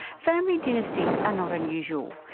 family dynasties are not unusual,